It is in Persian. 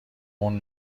اون